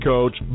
Coach